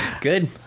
Good